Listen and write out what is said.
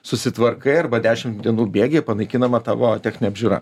susitvarkai arba dešim dienų bėgyje panaikinama tavo techninė apžiūra